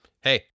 hey